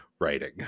writing